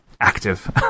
active